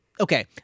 Okay